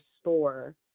store